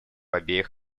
обеих